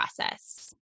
process